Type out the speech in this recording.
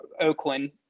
Oakland